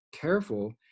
careful